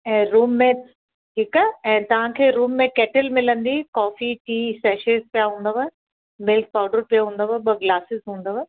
ऐं रूम में ठीकु आहे ऐं तव्हांखे रूम में केटल मिलंदी कॉफ़ी टी सेशेज पिया हूंदव मिल्क पाउडर पियो हूंदव ॿ गिलासिस हूंदव